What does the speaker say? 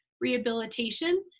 rehabilitation